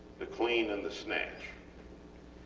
the clean and the snatch.